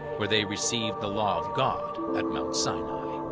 where they received the law of god at mount sinai.